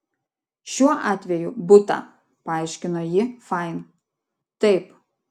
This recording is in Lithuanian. šiuo atveju butą paaiškino ji fain taip